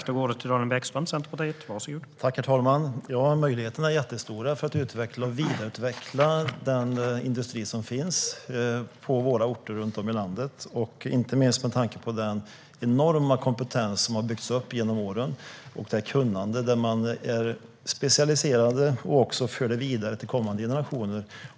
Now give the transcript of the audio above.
Herr talman! Möjligheterna att utveckla och vidareutveckla den industri som finns på våra orter i landet är jättestora, inte minst med tanke på den enorma kompetens som har byggts upp genom åren. Man är specialiserad och för sitt kunnande vidare till kommande generationer.